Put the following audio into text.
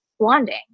blonding